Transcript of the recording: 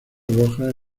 rojas